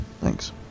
Thanks